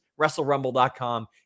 WrestleRumble.com